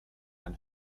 ein